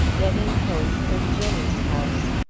getting home from jenny's house.